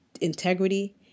integrity